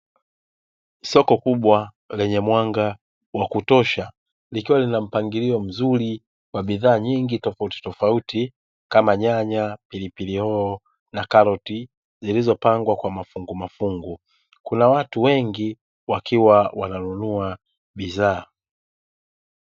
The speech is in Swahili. Soko kubwa lenye mwanga wa kutosha likiwa na mpangilio mzuri wa bidhaa tofautitofauti kama nyanya, pilipili hoho na karoti zilizopangwa kwa mafungumafungu. Kuna watu wengi wakiwa wananunua bidhaa.